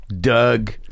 Doug